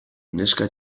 neska